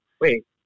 Wait